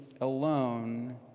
alone